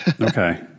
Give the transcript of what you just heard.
Okay